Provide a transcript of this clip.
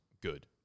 good